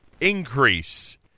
increase